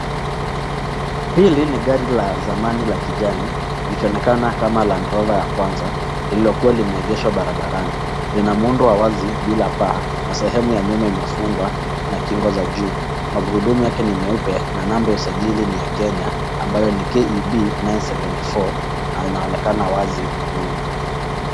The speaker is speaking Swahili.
Hili ni gari la zamani la kijani likionekana kama land rover ya kwanza lilokuwa limehegeshwa barabarani ,lina muundo wa wazi bila paa sehemu ya nyuma imefugwa na kingo za juu. Magurudmu yake ni meupe na namba ya usajili ni ya Kenya ambayo ni KEB 974 na inaonekana wazi nyuma.